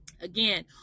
again